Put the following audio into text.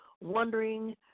wondering